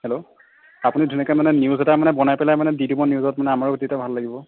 hello আপুনি ধুনীয়াকৈ মানে নিউজ এটা মানে বনাই পেলাই মানে দি দিব নিউজত মানে আমাৰো তেতিয়া ভাল লাগিব